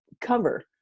cover